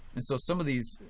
and so some of these.